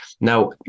now